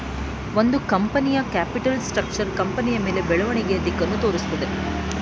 ಒಂದು ಕಂಪನಿಯ capital structure ಕಂಪನಿಯ ಬೆಳವಣಿಗೆಯ ದಿಕ್ಕನ್ನು ತೋರಿಸುತ್ತದೆ